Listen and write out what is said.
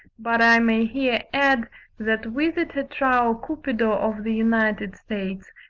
but i may here add that with the tetrao cupido of the united states,